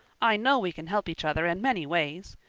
i know we can help each other in many ways.